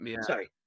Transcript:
sorry